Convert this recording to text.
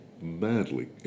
madly